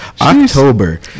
october